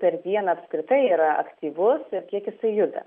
per dieną apskritai yra aktyvus ir kiek jisai juda